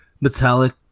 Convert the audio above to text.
metallic